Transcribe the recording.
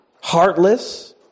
heartless